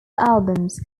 albums